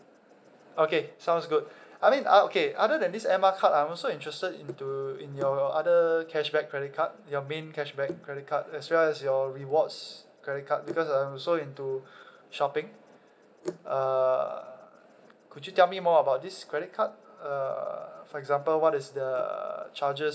okay sounds good I mean uh okay other than this airmiles card I'm also interested into in your other cashback credit card your main cashback credit card as well as your rewards credit card because I'm also into shopping uh could you tell me more about this credit card uh for example what is the charges